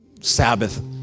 Sabbath